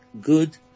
good